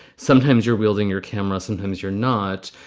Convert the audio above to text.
sometimes you're wielding your camera, sometimes you're not.